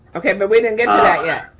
okay, but we didn't get to that yet.